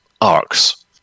arcs